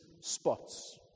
spots